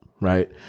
right